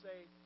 say